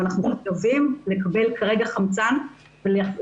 אבל אנחנו מקווים לקבל כרגע חמצן כרגע